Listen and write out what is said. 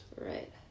right